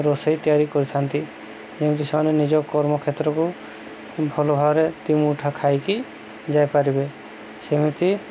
ରୋଷେଇ ତିଆରି କରିଥାନ୍ତି ଯେମିତି ସେମାନେ ନିଜ କର୍ମକ୍ଷେତ୍ରକୁ ଭଲ ଭାବରେ ଦୁଇ ମୁଠା ଖାଇକି ଯାଇପାରିବେ ସେମିତି